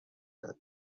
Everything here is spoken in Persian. گرفت